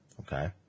Okay